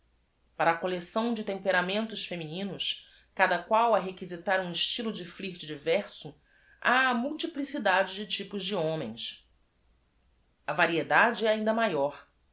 ara a collecção de temperamentos femininos cada qual a requisitar u m estylo de ftírt diverso ha a m u l t i p l i c i d a d e de typos de homens variedade é ainda maior